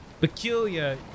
peculiar